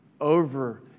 over